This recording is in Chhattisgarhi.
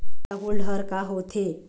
खाता होल्ड हर का होथे?